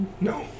No